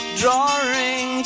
drawing